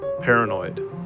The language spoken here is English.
paranoid